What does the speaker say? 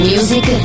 Music